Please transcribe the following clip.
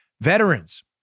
Veterans